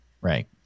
Right